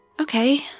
Okay